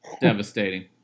Devastating